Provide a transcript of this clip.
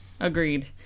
Agreed